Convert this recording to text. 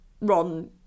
ron